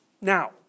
Now